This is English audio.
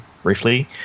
Briefly